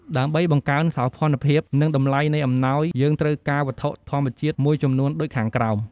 ដើម្បីបង្កើនសោភ័ណភាព និងតម្លៃនៃអំណោយយើងត្រូវការវត្ថុធម្មជាតិមួយចំនួនដូចខាងក្រោម។